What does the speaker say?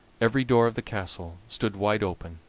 every door of the castle stood wide open,